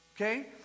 Okay